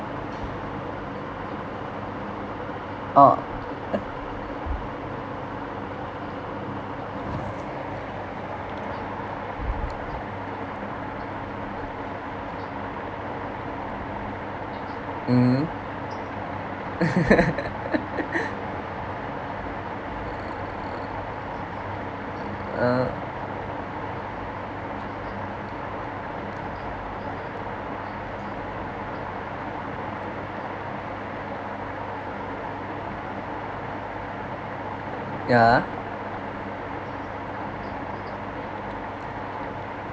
oh mmhmm uh yeah